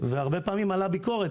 הרבה פעמים עלתה ביקורת,